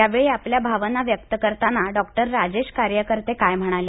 यावेळी आपल्या भावना व्यक्त करताना डॉक्टर राजेश कार्यकर्ते म्हणाले